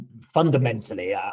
Fundamentally